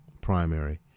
primary